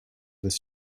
this